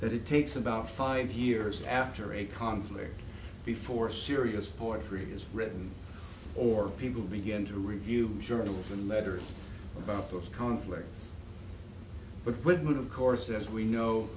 that it takes about five years after a conflict before serious poetry is written or people begin to review journals and letters about those conflicts but not of course as we